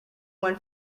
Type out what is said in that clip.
one